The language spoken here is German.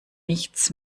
nichts